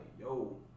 yo